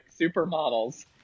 supermodels